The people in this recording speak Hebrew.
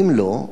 אם לא,